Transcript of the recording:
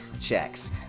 checks